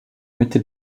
mitte